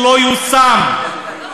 שלא יושם,